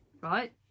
right